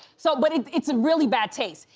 so, but it's a really bad taste.